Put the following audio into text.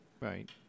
Right